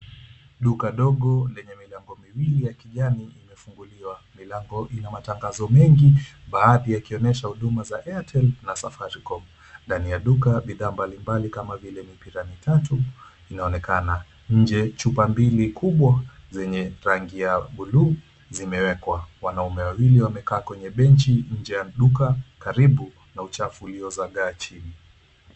Duka ndogo lenye milango miwili ya kijani imefunguliwa. Milango ina matangazo mengi baadhi yakionyesha huduma za Airtel na Safaricom. Ndani ya duka, bidhaa mbalimbali kama vile mipira mitatu inaonekana. Inje chupa mbili kubwa zenye rangi ya buluu zimewekwa. Wanaume wawili wamekaa kwenye benchi inje ya duka karibu na uchafu uliozagaa chini.